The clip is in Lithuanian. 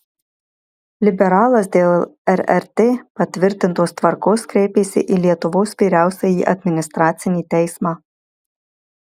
liberalas dėl rrt patvirtintos tvarkos kreipėsi į lietuvos vyriausiąjį administracinį teismą